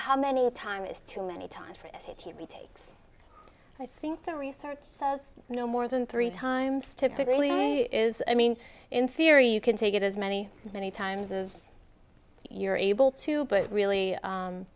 how many time is too many times for it takes i think the research says no more than three times typically is i mean in theory you can take it as many many times as you're able to but really